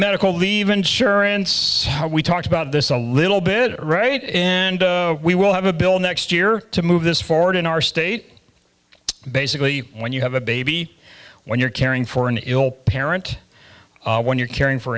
medical leave insurance how we talked about this a little bit right in and we will have a bill next year to move this forward in our state basically when you have a baby when you're caring for an ill parent when you're caring for